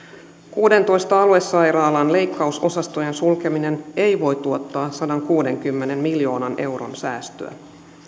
kuudentoista aluesairaalan leikkausosastojen sulkeminen ei voi tuottaa sadankuudenkymmenen miljoonan euron säästöä